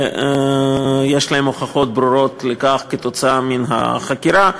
ויש להם הוכחות ברורות לכך כתוצאה מן החקירה,